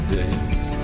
days